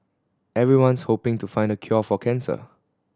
everyone's hoping to find the cure for cancer